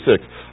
six